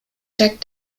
jack